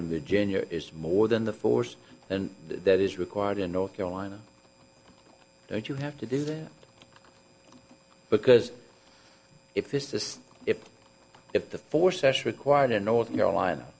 in virginia is more than the force and that is required in north carolina that you have to do that because if this is if if the four session required in north carolina